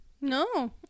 no